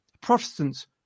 Protestants